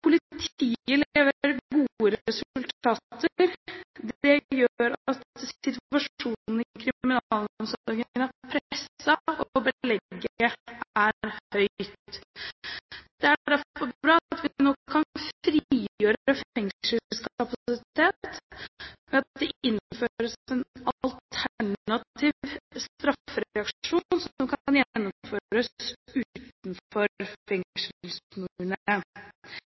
politiet leverer gode resultater. Det gjør at situasjonen i kriminalomsorgen er presset, og belegget er høyt. Det er derfor bra at vi nå kan frigjøre fengselskapasitet ved at det innføres en alternativ straffereaksjon som kan gjennomføres utenfor fengselsmurene. Hvis noen får en bot, kan